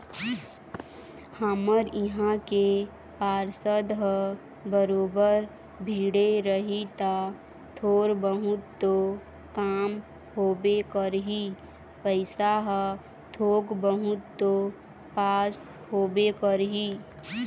हमर इहाँ के पार्षद ह बरोबर भीड़े रही ता थोर बहुत तो काम होबे करही पइसा ह थोक बहुत तो पास होबे करही